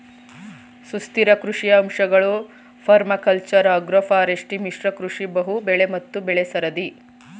ಸುಸ್ಥಿರ ಕೃಷಿಯ ಅಂಶಗಳು ಪರ್ಮಾಕಲ್ಚರ್ ಅಗ್ರೋಫಾರೆಸ್ಟ್ರಿ ಮಿಶ್ರ ಕೃಷಿ ಬಹುಬೆಳೆ ಮತ್ತು ಬೆಳೆಸರದಿ